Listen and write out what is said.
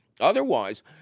Otherwise